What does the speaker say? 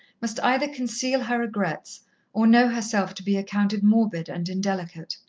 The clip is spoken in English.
must either conceal her regrets or know herself to be accounted morbid and indelicate.